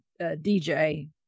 DJ